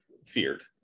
feared